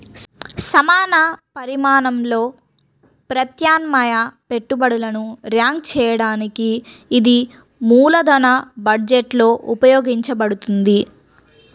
సమాన పరిమాణంలో ప్రత్యామ్నాయ పెట్టుబడులను ర్యాంక్ చేయడానికి ఇది మూలధన బడ్జెట్లో ఉపయోగించబడుతుంది